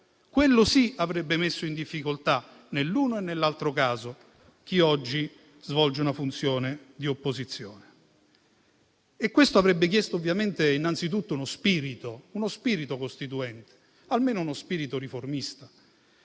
quello sì avrebbe messo in difficoltà, nell'uno e nell'altro caso, chi oggi svolge una funzione di opposizione. Questo avrebbe richiesto, ovviamente, innanzitutto uno spirito costituente o almeno uno spirito riformista.